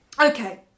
okay